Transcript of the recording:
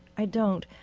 i don't.